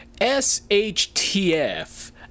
SHTF